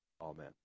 amen